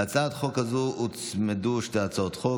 להצעת החוק הזו הוצמדו שתי הצעות חוק.